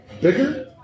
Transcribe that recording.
Bigger